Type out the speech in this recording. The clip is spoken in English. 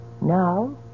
Now